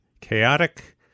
chaotic